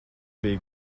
bija